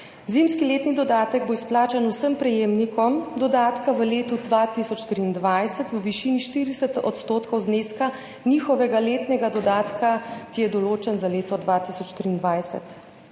Zimski letni dodatek bo izplačan vsem prejemnikom dodatka v letu 2023 v višini 40 % zneska njihovega letnega dodatka, ki je določen za leto 2023.